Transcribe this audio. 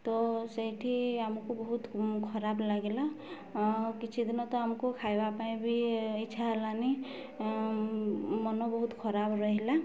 ତ ସେଇଠି ଆମକୁ ବହୁତ ଖରାପ ଲାଗିଲା କିଛି ଦିନ ତ ଆମକୁ ଖାଇବା ପାଇଁ ବି ଇଚ୍ଛା ହେଲାନି ମନ ବହୁତ ଖରାପ ରହିଲା